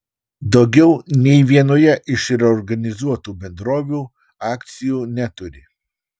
daugiau nė vienoje iš reorganizuotų bendrovių akcijų neturi